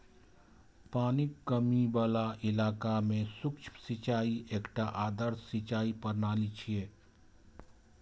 पानिक कमी बला इलाका मे सूक्ष्म सिंचाई एकटा आदर्श सिंचाइ प्रणाली छियै